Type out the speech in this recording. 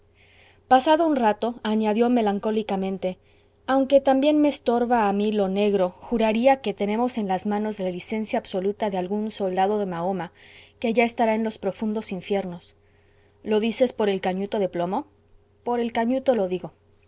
pasado un rato añadió melancólicamente aunque también me estorba a mí lo negro juraría que tenemos en las manos la licencia absoluta de algún soldado de mahoma que ya estará en los profundos infiernos lo dices por el cañuto de plomo por el cañuto lo digo